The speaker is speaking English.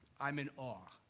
i'm in awe.